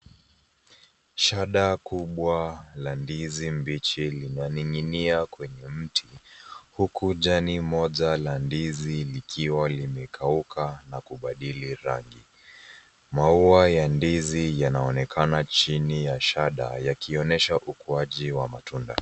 Shada kubwa la ndizi mbichi linaning'inia kwenye mti, huku jani moja ndizi likiwa limekauka na kubadili rangi. Maua ya ndizi yanaonekana chini ya shada yakionyesha ukuaji wa matunda.